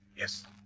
Yes